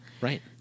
Right